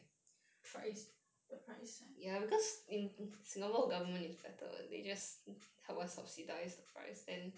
thrice the price